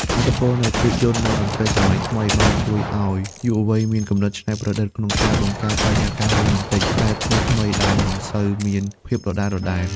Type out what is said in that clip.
ឥទ្ធិពលនៃភាពយន្ត និងតន្ត្រីសម័យថ្មី បានជួយឱ្យយុវវ័យមានគំនិតច្នៃប្រឌិតក្នុងការបង្កើតបរិយាកាសរ៉ូម៉ែនទិកបែបថ្មីៗដែលមិនសូវមានភាពដដែលៗ។